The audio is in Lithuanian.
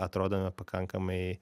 atrodome pakankamai